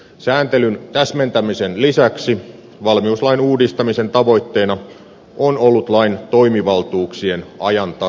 sääntelyn täsmentämisen lisäksi valmiuslain uudistamisen tavoitteena on ollut lain toimivaltuuksien ajanta saistaminen